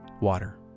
water